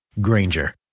Granger